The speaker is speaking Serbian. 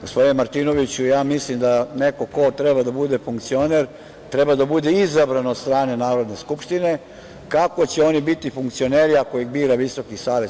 Gospodine Martinoviću, ja mislim da neko ko treba da bude funkcioner treba da bude izabran od strane Narodne skupštine, kako će oni biti funkcioneri ako ih bira VSS?